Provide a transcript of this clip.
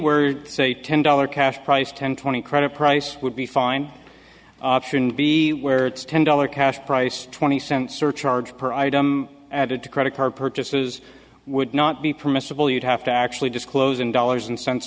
were say ten dollars cash price ten twenty credit price would be fine option b where it's ten dollars cash price twenty cents or charge per item added to credit card purchases would not be permissible you'd have to actually disclose in dollars and cents